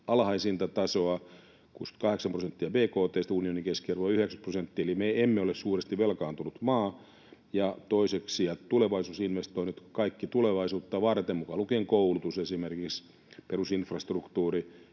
alhaisinta tasoa, 68 prosenttia bkt:stä, kun unionin keskiarvo on 90 prosenttia, eli me emme ole suuresti velkaantunut maa. Ja toiseksi, tulevaisuusinvestoinnit ovat kaikki tulevaisuutta varten, mukaan lukien esimerkiksi koulutus, pe-rusinfrastruktuuri,